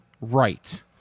Right